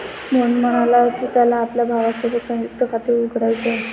मोहन म्हणाला की, त्याला आपल्या भावासोबत संयुक्त खाते उघडायचे आहे